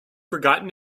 forgotten